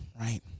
right